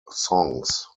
songs